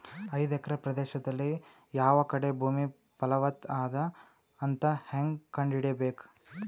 ಐದು ಎಕರೆ ಪ್ರದೇಶದಲ್ಲಿ ಯಾವ ಕಡೆ ಭೂಮಿ ಫಲವತ ಅದ ಅಂತ ಹೇಂಗ ಕಂಡ ಹಿಡಿಯಬೇಕು?